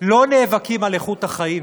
לא נאבקים על איכות החיים.